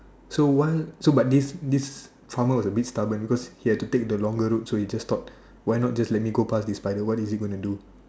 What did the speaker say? so while so but this this farmer was a bit stubborn because he had to take the longer route so he just thought why not just let me go past this spider what is he gonna do